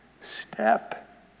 step